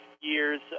years